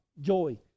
Joy